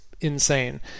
insane